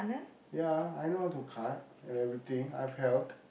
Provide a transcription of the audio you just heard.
ya I know how to cut and everything I've helped